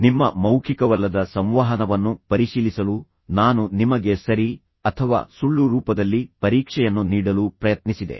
ನಿಮ್ಮ ಮೌಖಿಕವಲ್ಲದ ಸಂವಹನವನ್ನು ಪರಿಶೀಲಿಸಲು ನಾನು ನಿಮಗೆ ಸರಿ ಅಥವಾ ಸುಳ್ಳು ರೂಪದಲ್ಲಿ ಪರೀಕ್ಷೆಯನ್ನು ನೀಡಲು ಪ್ರಯತ್ನಿಸಿದೆ